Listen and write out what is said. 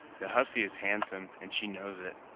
the hussy is handsome, and she knows it.